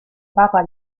papa